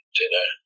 dinner